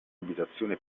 abitazione